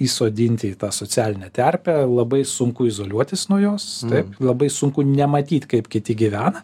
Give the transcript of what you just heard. įsodinti į tą socialinę terpę labai sunku izoliuotis nuo jos taip labai sunku nematyt kaip kiti gyvena